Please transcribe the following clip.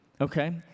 Okay